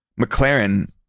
McLaren